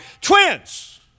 twins